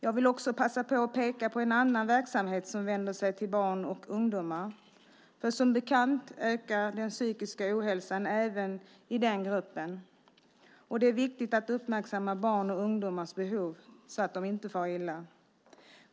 Jag vill också passa på att peka på en annan verksamhet som vänder sig till barn och ungdomar, för som bekant ökar den psykiska ohälsan även i den gruppen. Det är viktigt att uppmärksamma barns och ungdomars behov så att de inte far illa.